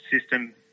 system